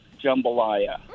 Jambalaya